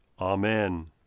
Amen